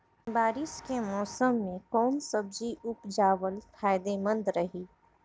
बारिश के मौषम मे कौन सब्जी उपजावल फायदेमंद रही?